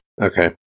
Okay